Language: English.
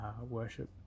worship